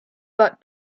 but